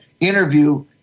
interview